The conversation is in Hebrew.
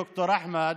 ד"ר אחמד,